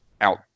out